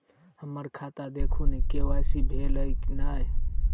हम्मर खाता देखू नै के.वाई.सी भेल अई नै?